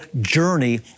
journey